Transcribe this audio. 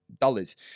dollars